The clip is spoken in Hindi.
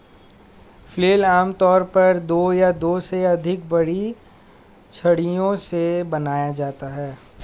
फ्लेल आमतौर पर दो या दो से अधिक बड़ी छड़ियों से बनाया जाता है